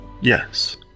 Yes